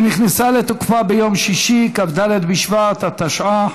שנכנסה לתוקפה ביום שישי, כ"ד בשבט התשע"ח,